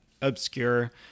obscure